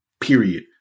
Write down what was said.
period